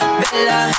bella